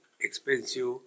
expensive